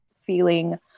feeling